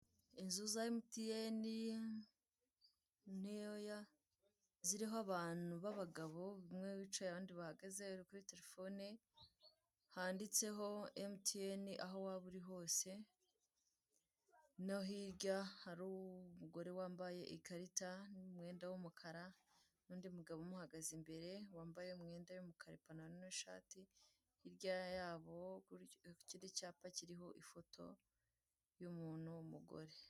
Inzu za Emutiyeni ntoya ziriho abantu b'abagabo umwe wicaye abandi bahagaze uri kuri terefone handitseho Emutiyeni aho waba uri hose no hirya hari umugore wambaye ikarita n'umwenda w'umukara n'undi mugabo umuhagaze imbere wambaye umwenda w'umukara ipantaro n'ishati, hirya yabo hari icyindi cyapa kiriho ifoto y'umuntu w'umugore.